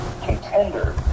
contender